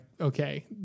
okay